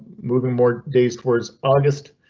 moving more days towards august,